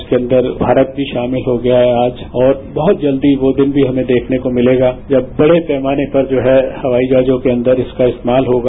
उसके अंदर भारत भी शामिल हो गया है आज और बहुत जल्द वह दिन भी हमें देखने को मिलेगा जब बड़े पैमाने पर जो है हवाई जहाजों केअंदर इसका इस्तेमाल होगा